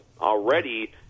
already